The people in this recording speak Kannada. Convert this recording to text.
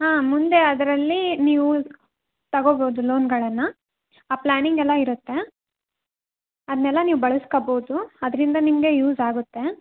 ಹಾಂ ಮುಂದೆ ಅದರಲ್ಲಿ ನೀವು ತಗೋಬೋದು ಲೋನ್ಗಳನ್ನು ಆ ಪ್ಲಾನ್ನಿಂಗೆಲ್ಲ ಇರುತ್ತೆ ಅದನ್ನೆಲ್ಲ ನೀವು ಬಳ್ಸ್ಕೊಬೋದು ಅದರಿಂದ ನಿಮಗೆ ಯೂಸ್ ಆಗುತ್ತೆ